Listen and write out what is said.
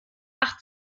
acht